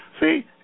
See